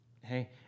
Hey